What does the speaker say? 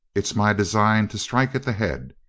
it's my design to strike at the head.